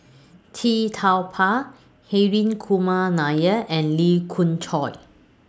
Tee Tua Ba Hri Kumar Nair and Lee Khoon Choy